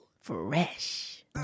Fresh